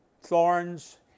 thorns